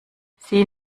sieh